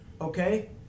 okay